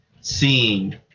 seeing